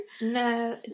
no